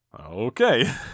Okay